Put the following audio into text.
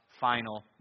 final